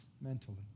mentally